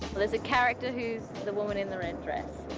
there's a character who's the woman in the red dress.